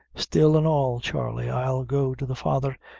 still an' all, charley, i'll go to the father,